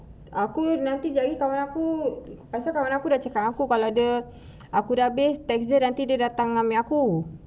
aku nanti janji kawan aku pasal kawan aku dah cakap aku kalau ada aku dah habis text dia nanti dia datang ambil aku